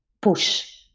push